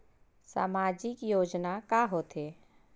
सामाजिक योजना का होथे?